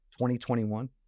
2021